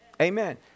Amen